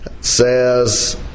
says